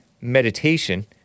meditation